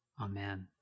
Amen